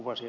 paasio